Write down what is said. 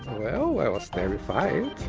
well, i was terrified